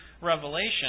Revelation